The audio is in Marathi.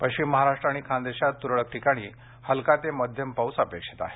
पश्चिम महाराष्ट्र आणि खान्देशात तुरळक ठिकाणी हलका ते मध्यम पाऊस अपेक्षित आहे